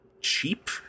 cheap